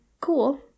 cool